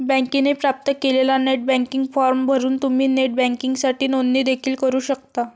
बँकेने प्राप्त केलेला नेट बँकिंग फॉर्म भरून तुम्ही नेट बँकिंगसाठी नोंदणी देखील करू शकता